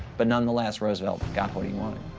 but nonetheless, roosevelt got what he wanted.